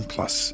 Plus